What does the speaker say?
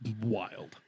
wild